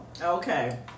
Okay